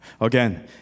Again